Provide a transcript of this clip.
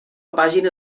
pàgina